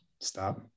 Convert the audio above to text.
Stop